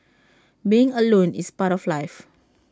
being alone is part of life